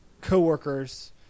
coworkers